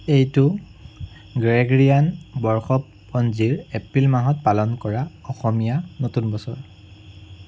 এইটো গ্ৰেগৰিয়ান বৰ্ষপঞ্জীৰ এপ্ৰিল মাহত পালন কৰা অসমীয়া নতুন বছৰ